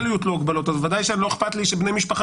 יוטלו הגבלות אז בוודאי שלא אכפת לי שבני משפחה